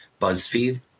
BuzzFeed